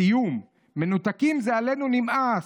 סיום: מנותקים, זה עלינו נמאס.